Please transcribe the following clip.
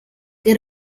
que